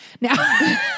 Now